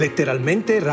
Letteralmente